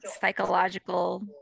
psychological